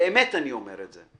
באמת אני אומר את זה,